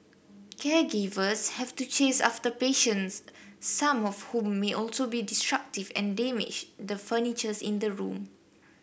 caregivers have to chase after patients some of whom may also be destructive and damage the furnitures in the room